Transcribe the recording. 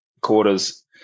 quarters